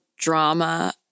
drama